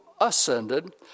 ascended